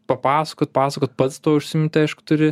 papasakot pasakot pats tuo užsiimti aišku turi